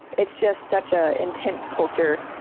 it's just such a intense culture.